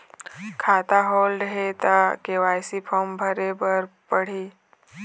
खाता होल्ड हे ता के.वाई.सी फार्म भरे भरे बर पड़ही?